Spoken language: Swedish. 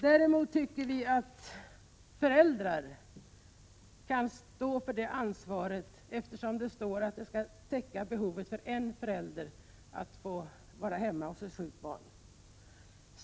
Däremot tycker vi att två föräldrar tillsammans kan stå för detta ansvar, eftersom föräldrapenningen skall täcka behovet av att en förälder är hemma hos ett sjukt barn.